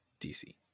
DC